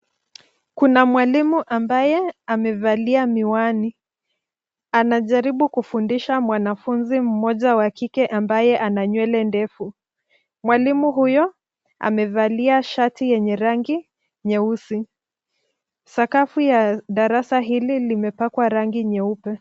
Kuna mwalimu ambaye amevalia miwani. Anajaribu kufundisha mwanafunzi mmoja wa kike ambaye ana nywele ndefu. Mwalinu huyo amevalia shati lenye rangi nyeusi. Sakafu ya darasa hili ni limepakwa rangi nyeupe.